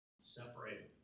Separated